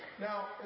Now